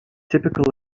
typical